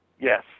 Yes